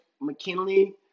McKinley